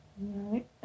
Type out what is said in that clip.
right